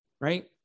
right